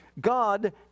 God